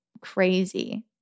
crazy